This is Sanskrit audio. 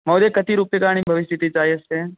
महोदय कति रूप्यकाणि भविष्यति चायस्य